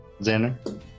Xander